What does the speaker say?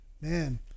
man